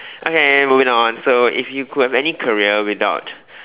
okay moving on so if you could have any career without